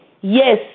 Yes